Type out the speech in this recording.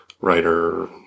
writer